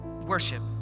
worship